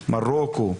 מרוקו,